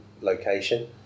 location